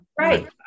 Right